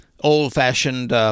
old-fashioned